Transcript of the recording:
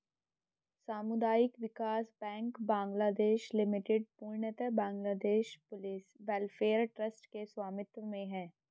सामुदायिक विकास बैंक बांग्लादेश लिमिटेड पूर्णतः बांग्लादेश पुलिस वेलफेयर ट्रस्ट के स्वामित्व में है